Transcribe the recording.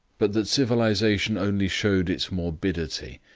but that civilisation only showed its morbidity,